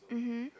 mmhmm